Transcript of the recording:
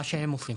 מה שהם עושים.